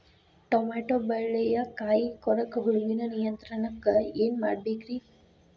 Tomato ಬೆಳೆಯ ಕಾಯಿ ಕೊರಕ ಹುಳುವಿನ ನಿಯಂತ್ರಣಕ್ಕ ಏನ್ ಮಾಡಬೇಕ್ರಿ?